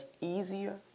easier